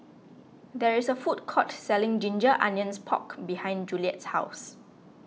there is a food court selling Ginger Onions Pork behind Juliet's house